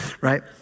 right